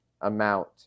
amount